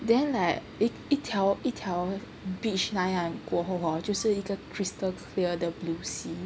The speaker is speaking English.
then like 一条一条 beach line 过后 hor 就是一个 crystal clear 的 blue sea